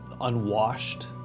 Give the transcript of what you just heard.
unwashed